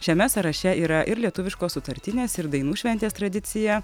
šiame sąraše yra ir lietuviškos sutartinės ir dainų šventės tradicija